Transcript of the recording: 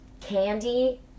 candy